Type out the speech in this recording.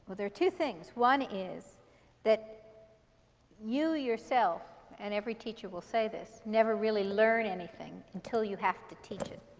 but there are two things. one is that you yourself and every teacher will say this never really learn anything until you have to teach it.